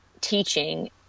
teaching